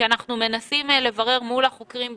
כי אנחנו מנסים לברר מול החוקרים בדיוק.